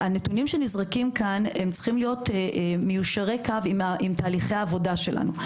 הנתונים שנזרקים כאן צריכים להיות מיושרי קו עם תהליכי העבודה שלנו.